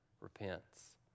repents